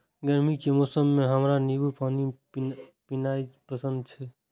गर्मी के मौसम मे हमरा नींबू पानी पीनाइ पसंद छै